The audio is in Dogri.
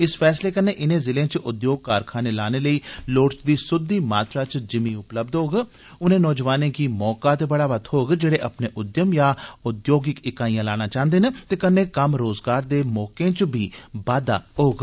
इस फैसले कन्नै इनें जिलें च उद्योग कारखानें लाने लेई लोड़चदी स्द्दी मात्रा च जिमी उपलब्ध होग उनें नौजवानें गी मौका ते बढ़ावा थोग जेड़े अपने उद्यम या औद्योगिक इकाइयां लाना चाहंदे न ते कन्नै कम्म रोजगार दे मौकें च बी बाद्दा विस्तार होग